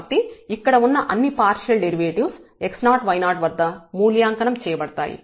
కాబట్టి ఇక్కడ ఉన్న అన్ని పార్షియల్ డెరివేటివ్స్ x0y0 వద్ద మూల్యాంకనం చేయబడతాయి